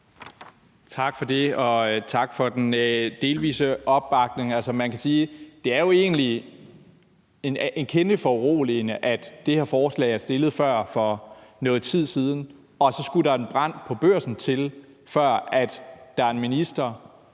Tak for det, og tak for den delvise opbakning. Man kan sige, at det jo egentlig er en kende foruroligende, at det her forslag er blevet fremsat før, for noget tid siden, og så skal der en brand på Børsen til, for at en minister